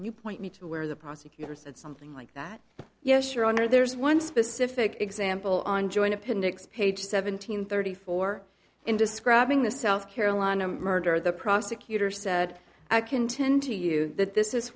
you point me to where the prosecutor said something like that yes your honor there's one specific example on join appendix page seven hundred thirty four in describing the south carolina murder the prosecutor said i contend to you that this